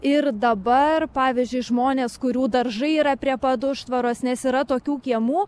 ir dabar pavyzdžiui žmonės kurių daržai yra prie pat užtvaros nes yra tokių kiemų